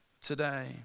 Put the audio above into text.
today